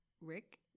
Rick